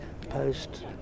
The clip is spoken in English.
post